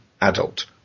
adult